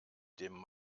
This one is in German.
dem